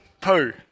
poo